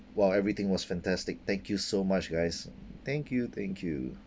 while everything was fantastic thank you so much guys thank you thank you